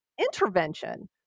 intervention